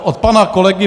Od pana kolegy